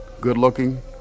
good-looking